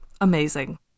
Amazing